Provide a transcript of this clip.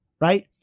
right